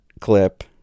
clip